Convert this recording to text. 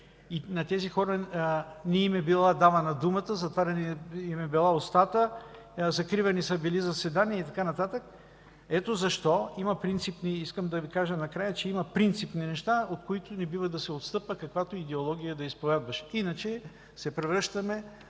На тези хора не им е била давана думата, затваряна им е била устата, закривани са били заседания и така нататък. Ето защо искам да Ви кажа накрая, че има принципни неща, от които не бива да се отстъпва, каквато и идеология да изповядваш, иначе се превръщаме